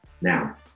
Now